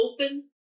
open